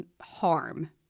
harm